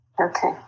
Okay